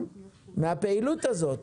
מהפעילות הזאת.